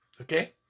okay